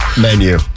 menu